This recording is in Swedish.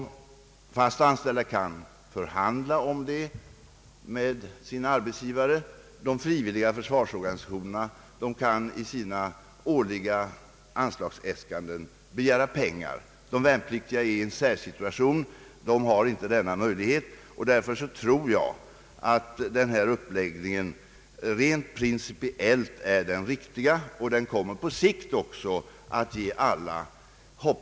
De fast anställda kan förhandla om försäkringsskyddet med sina arbetsgivare. De frivilliga försvarsorganisationerna kan i sina årliga anslagsäskanden begära pengar. De värnpliktiga är i en särställning; de har inte den möjligheten. Därför tror jag att denna uppläggning rent principiellt är riktig, och jag hoppas att den också på längre sikt kommer att ge alla ett ungefär likvärdigt skydd.